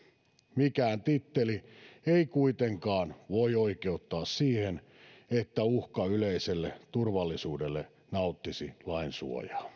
mikään titteli ei kuitenkaan voi oikeuttaa siihen että uhka yleiselle turvallisuudelle nauttisi lainsuojaa